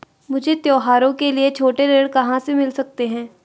मुझे त्योहारों के लिए छोटे ऋण कहाँ से मिल सकते हैं?